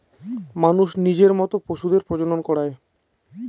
মানুষ নিজের মত পশুদের প্রজনন করায়